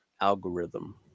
algorithm